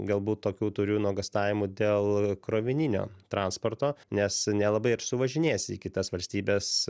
galbūt tokių turiu nuogąstavimų dėl krovininio transporto nes nelabai ir suvažinėsi į kitas valstybes